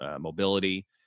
mobility